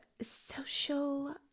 social